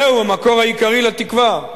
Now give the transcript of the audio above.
זהו המקור העיקרי לתקווה,